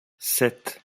sept